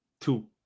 two